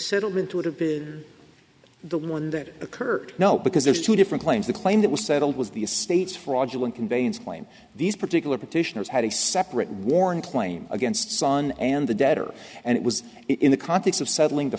settlement would have been the one that occurred because there's two different claims the claim that was settled was the estates fraudulent conveyance claim these particular petitioners had a separate warrant claim against son and the debtor and it was in the context of settling t